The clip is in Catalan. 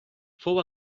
fou